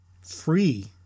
free